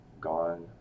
gone